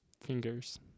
fingers